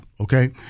okay